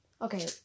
Okay